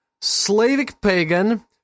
Slavic-pagan